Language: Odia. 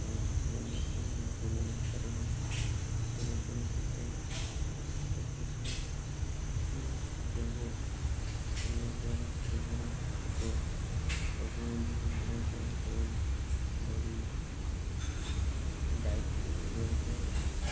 ଏବଂ ବେଙ୍ଗାସନ ଯାହାକୁ ବେଙ୍ଗ ଆକାରରେ କରିବା ପାଇଁ ପଡ଼ିଥାଏ ଚକ୍ରାସନ ଏହି ଯୋଗ କରିବା ଦ୍ୱାରା ଦେହରୁ କେତେକ ରୋଗ ମଧ୍ୟ ଭଲ ହୋଇଥାଏ ଏବଂ ବଡି ଡାଏଟ୍ ରହିଥାଏ